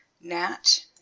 Nat